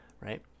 right